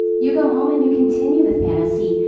you go home and you continue the fantasy.